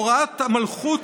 הוראות המלכות,